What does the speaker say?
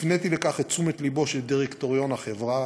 הפניתי לכך את תשומת לבו של דירקטוריון החברה,